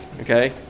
okay